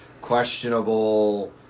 questionable